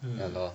hmm